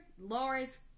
Lawrence